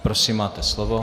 Prosím, máte slovo.